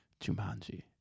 jumanji